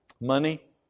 money